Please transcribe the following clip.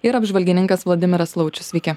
ir apžvalgininkas vladimiras laučius sveiki